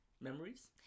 memories